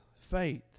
faith